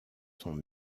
sont